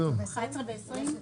הישיבה נעולה.